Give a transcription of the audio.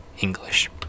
English